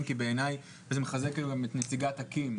כי בעיניי זה מחזק גם את נציגת אקי"ם.